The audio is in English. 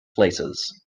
places